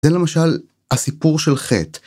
זה למשל הסיפור של ח'